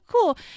cool